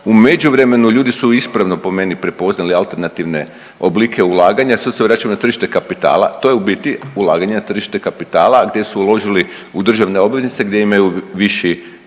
U međuvremenu ljudi su ispravno po meni prepoznali alternativne oblike ulaganja, sad se vraćam na tržište kapitala, to je u biti ulaganje na tržište kapitala gdje su uložili u državne obveznice gdje imaju viši